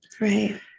Right